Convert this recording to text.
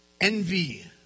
envy